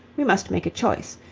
we must make a choice,